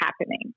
happening